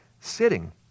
sitting